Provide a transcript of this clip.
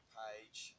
page